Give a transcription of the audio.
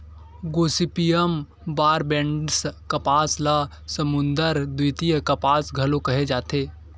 Gossypium barbadense कपास ल समुद्दर द्वितीय कपास घलो केहे जाथे